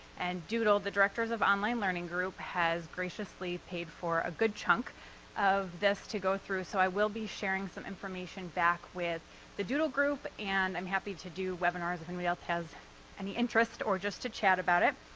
and doodle, the director's of online learning group, has graciously paid for a good chunk of this to go through, so i will be sharing some information back with the doodle group and i'm happy to do webinars, if and anybody else has any interest, or just to chat about it.